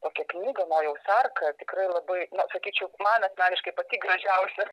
tokią knygą nojaus arka tikrai labai na sakyčiau man asmeniškai pati gražiausia